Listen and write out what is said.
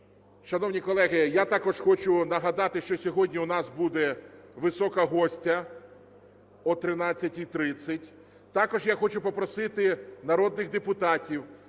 Шановні колеги, я також хочу нагадати, що сьогодні у нас буде висока гостя о 13:30. Також я хочу попросити народних депутатів,